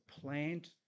plant